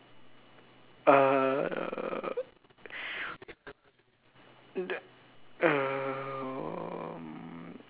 err